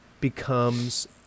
becomes